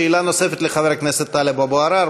שאלה נוספת לחבר הכנסת טלב אבו עראר.